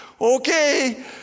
okay